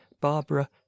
Barbara